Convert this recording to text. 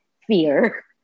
fear